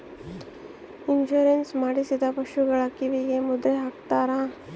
insurance ಮಾಡಿಸಿದ ಪಶುಗಳ ಕಿವಿಗೆ ಮುದ್ರೆ ಹಾಕ್ತಾರೆ